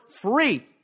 free